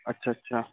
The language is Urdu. اچھا اچھا